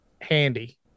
handy